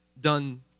done